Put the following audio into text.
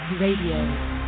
Radio